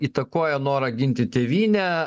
įtakoja norą ginti tėvynę